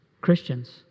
Christians